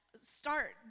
start